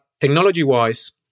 technology-wise